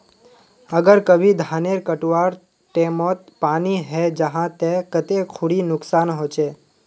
अगर कभी धानेर कटवार टैमोत पानी है जहा ते कते खुरी नुकसान होचए?